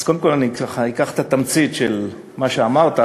אז קודם כול אני אקח את התמצית של מה שאמרת,